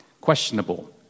questionable